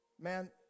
man